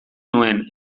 nuen